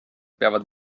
peavad